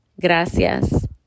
gracias